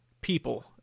people